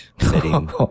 setting